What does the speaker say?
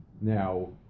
Now